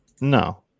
No